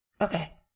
Okay